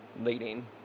leading